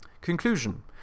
Conclusion